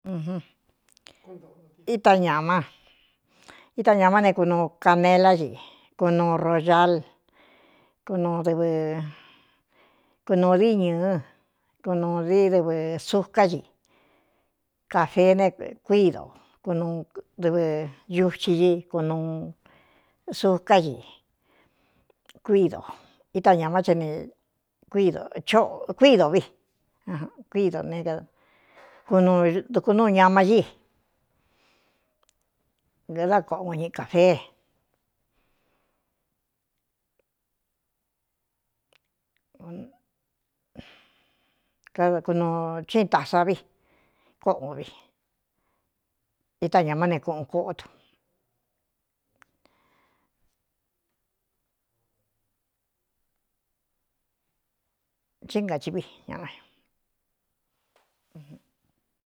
Nañita ñāmá ne kunuu canelá ñi kunuu royal kunūu di ñɨ̄ɨ́ kunūu d dɨvɨ sucá i kāfee ne kuído kunu dɨvɨ uchi i kunuu sucá ikuídita ñāmá che ne kdkuído vikuído ne kndknúu ñamaí idá kōꞌo guo ñɨꞌ kāfeekakunū chɨin tasa vi kóꞌ u vi ita ñāmá ne kuꞌun koꞌtu chí ngaciví ñaañu.